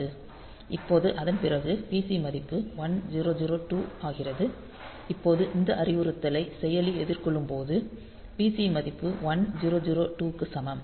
இப்போது அதன் பிறகு PC மதிப்பு 1002 ஆகிறது இப்போது இந்த அறிவுறுத்தலை செயலி எதிர்கொள்ளும் போது PC மதிப்பு 1002 க்கு சமம்